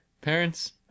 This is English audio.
parents